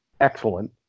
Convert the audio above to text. excellent